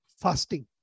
fasting